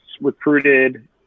recruited